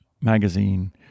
Magazine